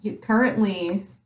Currently